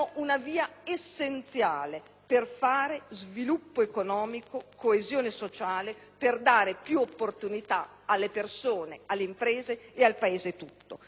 produrre sviluppo economico, coesione sociale e per dare più opportunità alle persone, alle imprese e al Paese tutto; se credono che ci sia